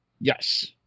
Yes